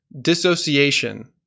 Dissociation